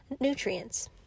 nutrients